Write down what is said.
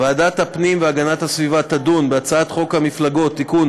ועדת הפנים והגנת הסביבה תדון בהצעת חוק המפלגות (תיקון,